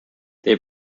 they